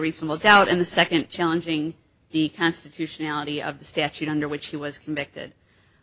reasonable doubt and the second challenging the constitutionality of the statute under which he was convicted